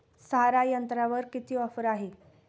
सारा यंत्रावर किती ऑफर आहे?